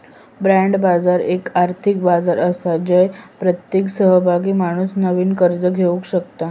bond बाजार एक आर्थिक बाजार आसा जय प्रत्येक सहभागी माणूस नवीन कर्ज घेवक शकता